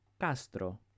Castro